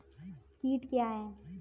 कीट क्या है?